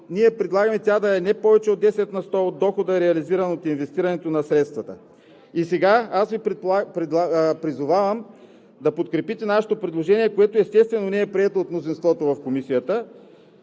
Ние предлагаме тя да е не повече от 10 на сто от дохода, реализиран от инвестирането на средствата. Сега Ви призовавам да подкрепите нашето предложение, което естествено не е прието от мнозинството в Комисията,